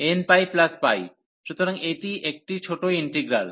nππ সুতরাং এটি একটি ছোট ইন্টিগ্রাল